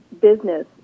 business